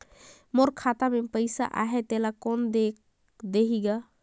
मोर खाता मे पइसा आहाय तेला कोन देख देही गा?